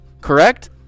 correct